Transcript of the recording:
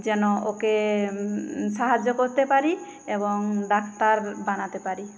যেন ওকে সাহায্য করতে পারি এবং ডাক্তার বানাতে পারি